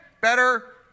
better